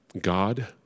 God